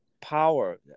power